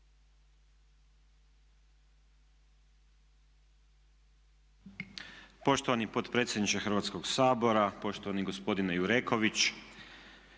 gospodine predsjedniče Hrvatskoga sabora. Poštovani gospodine Vuković.